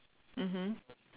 mmhmm